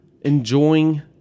enjoying